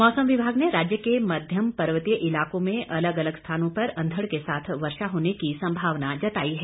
मौसम विभाग ने राज्य के मध्यम पर्वतीय इलाकों में अलग अलग स्थानों पर अंधड़ के साथ वर्षा होने की संभावना जताई है